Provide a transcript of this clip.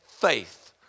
faith